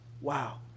wow